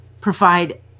provide